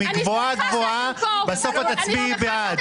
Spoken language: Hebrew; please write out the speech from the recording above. גבוהה גבוהה ובסוף את תצביעי בעד.